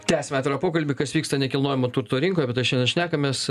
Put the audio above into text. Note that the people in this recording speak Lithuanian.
tęsiam atvirą pokalbį kas vyksta nekilnojamo turto rinkoj apie tai šiandien šnekamės